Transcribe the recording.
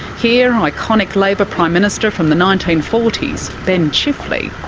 here iconic labor prime minister from the nineteen forty s, ben chifley,